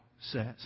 says